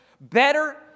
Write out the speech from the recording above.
better